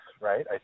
right